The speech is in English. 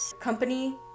Company